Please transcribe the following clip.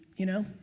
you know,